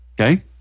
Okay